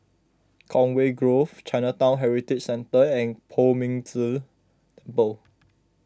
Conway Grove Chinatown Heritage Centre and Poh Ming Tse Temple